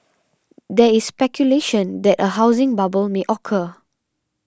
there is speculation that a housing bubble may occur